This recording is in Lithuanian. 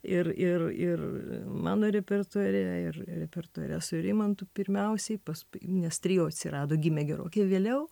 ir ir ir mano repertuare ir repertuare su rimantu pirmiausiai pas nes trio atsirado gimė gerokai vėliau